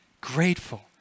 grateful